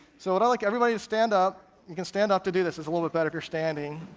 so i'd i'd like everybody to stand up, you can stand up to do this, it's a little bit better if you're standing,